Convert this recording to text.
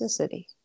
toxicity